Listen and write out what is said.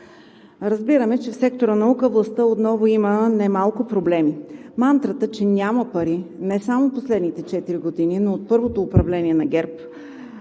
Разбираме, че в сектора „Наука“ властта отново има немалко проблеми. Мантрата, че няма пари не само в последните четири години, но и от първото управление на ГЕРБ,